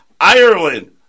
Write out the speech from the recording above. Ireland